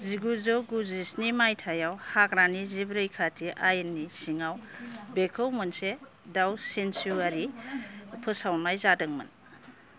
जिगुजौ गुजि स्नि मायथाइयाव हाग्रानि जिब रैखाथि आयेननि सिङाव बेखौ मोनसे दाव सेनसुवारि फोसावनाय जादोंमोन